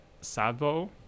Savo